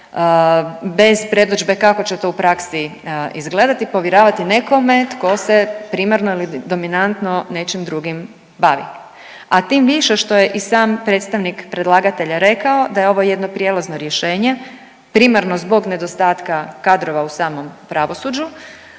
bez predodžbe kako će to u praksi izgledati povjeravati nekome tko se primarno ili dominantno nečim drugim bavi, a tim više što je i sam predstavnik predlagatelja rekao da je ovo jedno prijelazno rješenje primarno zbog nedostatka kadrova u samom pravosuđu